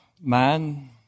man